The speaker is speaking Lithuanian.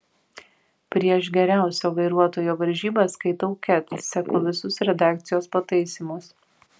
prieš geriausio vairuotojo varžybas skaitau ket seku visus redakcijos pataisymus